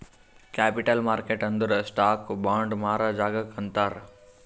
capital market ಅಂದುರ್ stock, bond ಮಾರಾ ಜಾಗಾಕ್ ಅಂತಾರ್